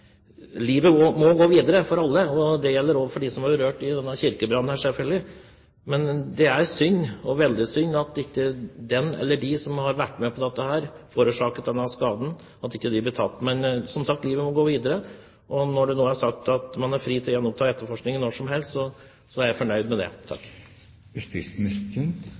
gjelder også for dem som ble berørt av denne kirkebrannen, selvfølgelig. Men det er veldig synd at den eller de som har vært med på dette og forårsaket denne skaden, ikke blir tatt. Men, som sagt, livet må gå videre. Når det nå er sagt at man er «fri til å gjenoppta etterforskning når som helst», er jeg fornøyd med det.